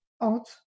alt